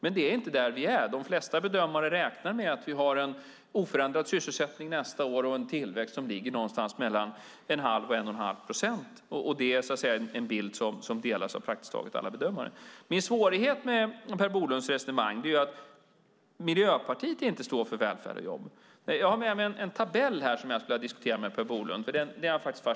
Men det är inte där vi är. De flesta bedömare räknar med att vi har en oförändrad sysselsättning nästa år och en tillväxt som ligger någonstans mellan 1⁄2 och 1 1⁄2 procent. Det är en bild som delas av praktiskt taget alla bedömare. Min svårighet med Per Bolunds resonemang är att Miljöpartiet inte står för välfärd och jobb. Jag har med mig en tabell här som jag skulle vilja diskutera med Per Bolund.